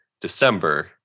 December